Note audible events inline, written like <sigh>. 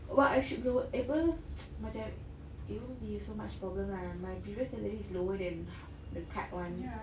what I should go work able <noise> macam it won't be so much problem lah my previous salary is lower than ha~ the cut [one]